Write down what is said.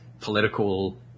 political